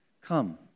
Come